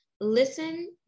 listen